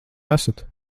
esat